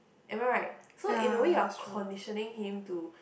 am I right so in a way you are conditioning him to